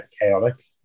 chaotic